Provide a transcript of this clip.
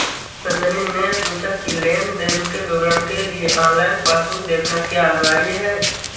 नंदनी ने पूछा की लेन देन के विवरण के लिए ऑनलाइन पासबुक देखना क्या अनिवार्य है?